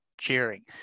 cheering